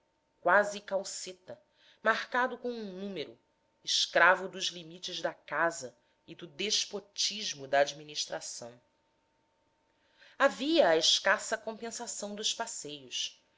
quase calceta marcado com um número escravo dos limites da casa e do despotismo da administração havia a escassa compensação dos passeios